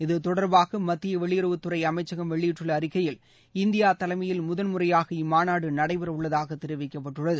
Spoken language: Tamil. இது தொடர்பாக மத்திய வெளியுறவுத் துறை அமைச்சகம் வெளியிட்டுள்ள அழிக்கையில் இந்தியா தலைமையில் முதன்முறையாக இம்மாநாடு நடைபெற உள்ளதாக தெரிவிக்கப்பட்டுள்ளது